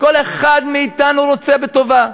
וכל אחד מאתנו רוצה בטובה.